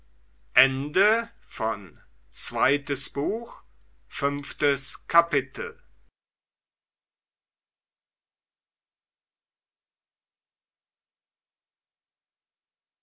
zweites buch erstes kapitel